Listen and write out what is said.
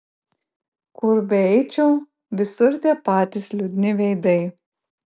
kur beeičiau visur tie patys liūdni veidai